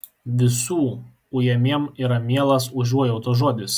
visų ujamiem yra mielas užuojautos žodis